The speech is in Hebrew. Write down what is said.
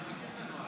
אתה מכיר את הנוהל.